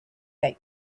that